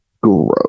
gross